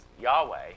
Yahweh